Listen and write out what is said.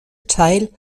teil